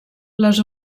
les